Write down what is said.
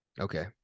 okay